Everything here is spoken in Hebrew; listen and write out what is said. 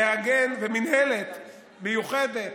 הינה --- ומינהלת מיוחדת